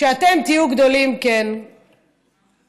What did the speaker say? כשאתם תהיו גדולים, כנראה